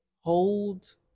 hold